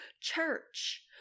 church